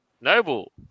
Noble